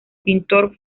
pintor